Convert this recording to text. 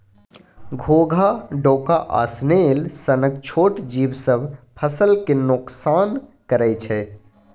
घोघा, डोका आ स्नेल सनक छोट जीब सब फसल केँ नोकसान करय छै